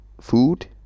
food